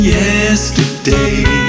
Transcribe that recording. yesterday